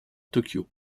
tokyo